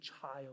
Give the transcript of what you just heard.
child